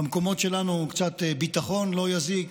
במקומות שלנו קצת ביטחון לא יזיק,